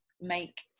make